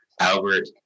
Albert